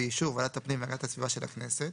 באישור ועדת הפנים והגנת הסביבה של הכנסת,